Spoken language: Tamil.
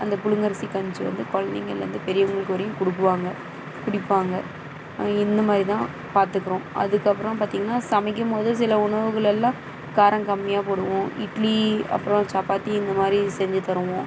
அந்த புழுங்கரிசி கஞ்சி வந்து குழந்தைங்கலேந்து பெரியவங்களுக்கு வரையும் கொடுக்குவாங்க குடிப்பாங்க இந்த மாதிரிதான் பார்த்துக்குறோம் அதுக்கப்புறம் பார்த்திங்கனா சமைக்கும் போது சில உணவுகளெலலாம் காரம் கம்மியாக போடுவோம் இட்லி அப்புறம் சப்பாத்தி இந்த மாதிரி செஞ்சு தருவோம்